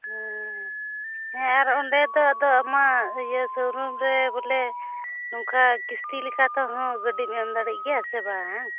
ᱦᱮᱸ ᱦᱮᱸ ᱟᱨ ᱚᱸᱰᱮ ᱫᱚ ᱟᱫᱚ ᱟᱢᱟᱜ ᱤᱭᱟᱹ ᱥᱳᱨᱩᱢ ᱨᱮ ᱵᱚᱞᱮ ᱱᱚᱝᱠᱟ ᱠᱤᱥᱛᱤ ᱞᱮᱠᱟ ᱛᱮᱦᱚᱸ ᱜᱟᱹᱰᱤᱢ ᱮᱢ ᱫᱟᱲᱮᱜ ᱜᱮᱭᱟ ᱥᱮ ᱵᱟᱝ